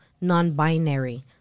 non-binary